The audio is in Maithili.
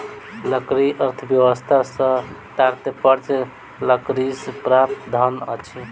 लकड़ी अर्थव्यवस्था सॅ तात्पर्य लकड़ीसँ प्राप्त धन अछि